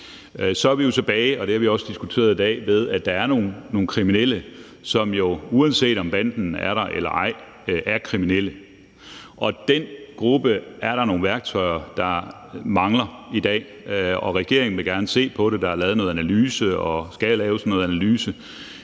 Så er vi jo tilbage ved – og det har vi også diskuteret i dag – at der er nogle kriminelle, som uanset om banden er der eller ej, er kriminelle, og for den gruppe er der nogle værktøjer, som vi mangler i dag. Regeringen vil gerne se på det. Der er lavet noget analyse, og der skal laves noget analyse,